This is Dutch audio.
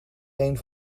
één